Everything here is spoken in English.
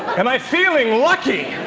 am i feeling lucky?